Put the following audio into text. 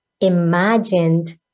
imagined